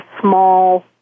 small